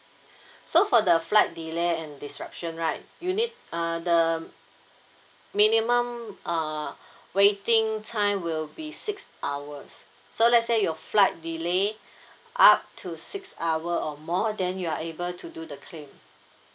so for the flight delay and disruption right you need uh the minimum uh waiting time will be six hours so let say your flight delay up to six hour or more then you are able to do the claim